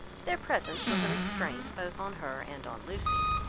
their presence was a restraint both on her and on lucy.